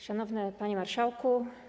Szanowny Panie Marszałku!